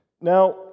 Now